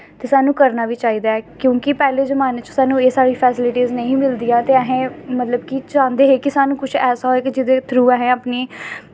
सानूं करना बी चाहिदा ऐ पैह्लें जमाने च सानूं एह् सारी फैसलिटीस नेईं ही मिलदियां ते अस मतलब कि चांह्दे हे कि कुछ ऐसा होए जेह्दे थ्रू अस